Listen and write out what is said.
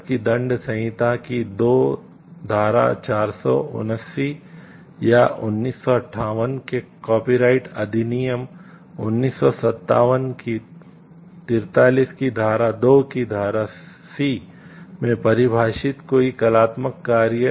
भारत की दंड संहिता की 2 धारा 479 या 1958 के कॉपीराइट अधिनियम 1957 43 की धारा 2 की धारा सी में परिभाषित कोई कलात्मक कार्य